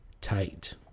tight